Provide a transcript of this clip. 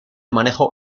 manejo